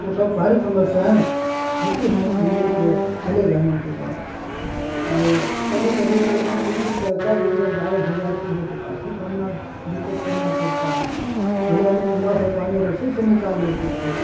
ये सब सारी समस्याएँ होती हैं बिजली के चले जाने के बाद और कभी कभी तो तीन तीन चार चार दिन जब गायब हो जाती है तो काफ़ी सामना दिक्कत करना पड़ता है पहले तो कुआँ से पानी रस्सी से निकाल लेते थे